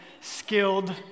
skilled